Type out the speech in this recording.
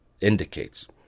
indicates